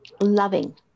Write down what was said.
Loving